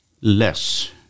less